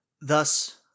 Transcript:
Thus